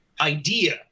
idea